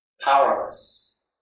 powerless